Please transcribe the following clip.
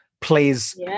plays